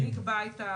מי יקבע?